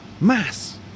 Mass